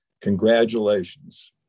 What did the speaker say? Congratulations